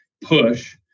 push